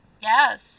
Yes